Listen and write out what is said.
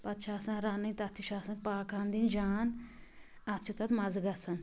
پَتہ چھِ آسان رَنٕنۍ تَتھ تہِ چھِ آسان پاکہٕ ہان دِنۍ جان اَدٕ چھُ تَتھ مَزٕ گَژھان